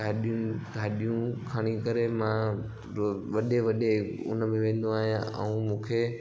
गाॾियूं गाॾियूं खणी करे मां रोज़ु वॾे वॾे हुनमें वेंदो आहियां ऐं मूंखे